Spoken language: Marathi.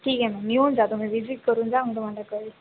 ठीक आहे मग येऊन जा तुम्ही विजीट करून जा मग तुम्हाला कळेल